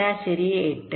ശരാശരി 8